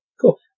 Cool